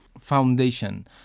foundation